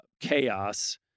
chaos